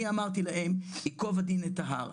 אני אמרתי להם ייקוב הדין את ההר,